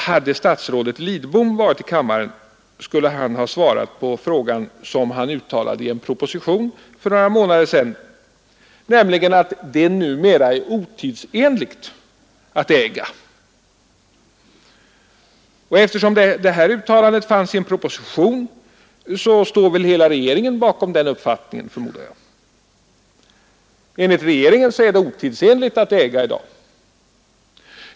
Hade statsrådet Lidbom varit i kammaren, skulle han ha svarat såsom han uttalade i en proposition för några månader sedan, nämligen att ”det numera är otidsenligt att äga”. Eftersom detta uttalande fanns i en proposition, står väl hela regeringen bakom den uppfattningen. Enligt regeringen är det otidsenligt att äga i dag.